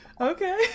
Okay